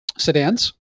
sedans